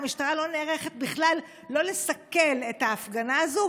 המשטרה לא נערכת בכלל לסכל את ההפגנה הזאת,